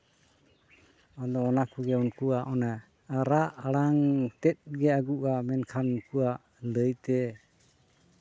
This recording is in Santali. ᱟᱫᱚ ᱚᱱᱟ ᱠᱚᱜᱮ ᱩᱱᱠᱩᱣᱟᱜ ᱚᱱᱟ ᱨᱟᱜ ᱟᱲᱟᱝ ᱛᱮᱫ ᱜᱮ ᱟᱹᱜᱩᱣᱟᱱ ᱮᱱᱠᱷᱟᱱ ᱩᱱᱠᱩᱣᱟᱜ ᱞᱟᱹᱭᱛᱮ